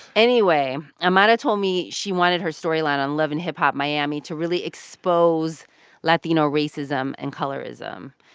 anyway, amara told me she wanted her storyline on love and hip hop miami to really expose latino racism and colorism.